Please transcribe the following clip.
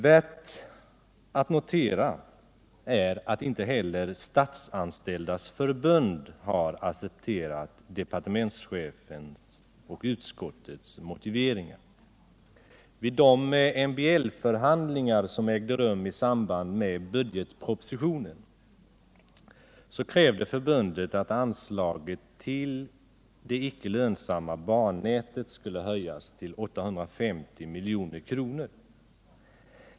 Värt att notera är att inte heller Statsanställdas förbund har accepterat departementschefens och utskottets motiveringar. Vid de MBL-förhandlingar som ägde rum i samband med budgetpropositionen krävde förbundet att anslaget till det icke lönsamma bannätet skulle höjas till 850 milj.kr.